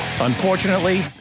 Unfortunately